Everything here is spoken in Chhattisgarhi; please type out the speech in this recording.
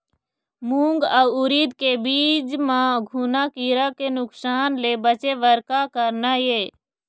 मूंग अउ उरीद के बीज म घुना किरा के नुकसान ले बचे बर का करना ये?